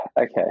Okay